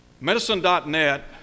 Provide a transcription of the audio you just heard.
Medicine.net